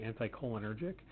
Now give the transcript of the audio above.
anticholinergic